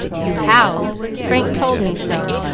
you howled frank told me so.